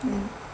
mm